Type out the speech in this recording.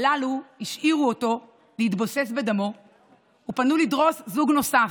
הללו השאירו אותו להתבוסס בדמו ופנו לדרוס זוג נוסף,